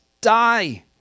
die